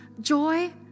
joy